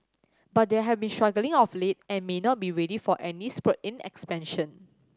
but they have been struggling of late and may not be ready for any spurt in expansion